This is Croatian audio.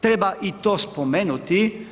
Treba i to spomenuti.